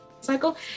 cycle